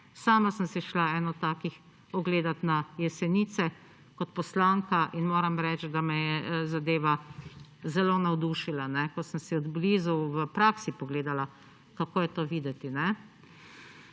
Sama sem si šla eno od takih ogledat na Jesenice, kot poslanka, in moram reči, da me je zadeva zelo navdušila, ko sem si od blizu v praksi pogledala kako je to videti.